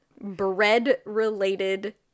bread-related